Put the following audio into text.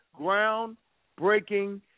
groundbreaking